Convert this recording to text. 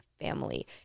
family